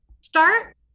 start